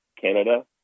Canada